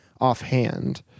offhand